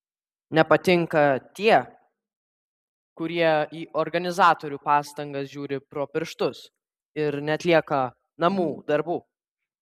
nepatinka tie kurie į organizatorių pastangas žiūri pro pirštus ir neatlieka namų darbų